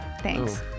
thanks